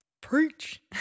Preach